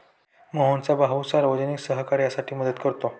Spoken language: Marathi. मोहनचा भाऊ सार्वजनिक सहकार्यासाठी मदत करतो